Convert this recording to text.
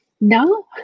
No